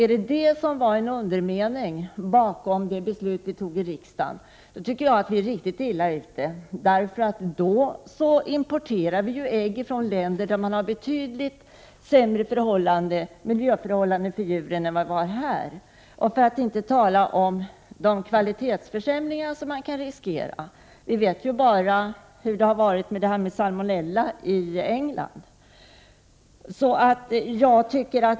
Om detta var undermeningen i det beslut som riksdagen fattade är vi riktigt illa ute. Då kan ägg nämligen importeras från länder som har betydligt sämre miljöförhållanden för djuren än Sverige har. För att inte tala om risken för kvalitetsförsämringar — vi vet hur det har varit med salmonella i England.